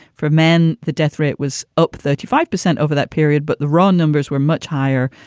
for men. the death rate was up thirty five percent over that period. but the raw numbers were much higher.